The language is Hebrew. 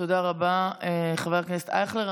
תודה רבה, חבר הכנסת אייכלר.